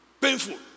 painful